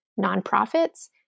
nonprofits